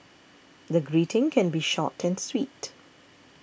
the greeting can be short and sweet